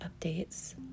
updates